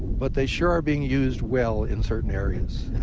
but they sure are being used well in certain areas.